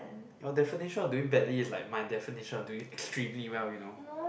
your definition of doing badly is like my definition on doing extremely well you know